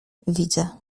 widzę